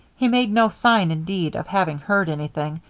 he made no sign, indeed, of having heard anything,